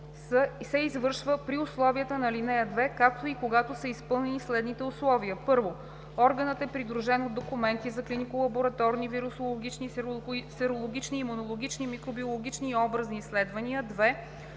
се извършва при условията на ал. 2, както и когато са изпълнени следните условия: 1. органът е придружен от документи за клинико-лабораторни, вирусологични, серологични, имунологични, микробиологични и образни изследвания; 2.